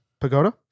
Pagoda